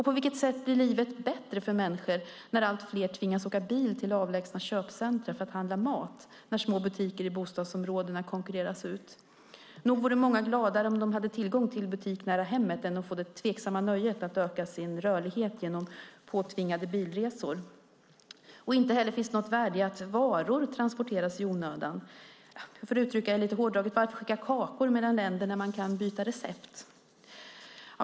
På vilket sätt blir livet bättre för människor när allt fler tvingas åka bil till avlägsna köpcentrum för att handla mat, när små butiker i bostadsområdena konkurreras ut? Nog vore många gladare om de hade tillgång till en butik nära hemmet än att få det tveksamma nöjet att öka sin rörlighet genom påtvingade bilresor. Inte heller finns det något värde i att varor transporteras i onödan. För att uttrycka det lite hårdraget: Varför skicka kakor mellan länder när man kan byta recept?